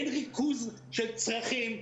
אין ריכוז של צרכים.